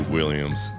Williams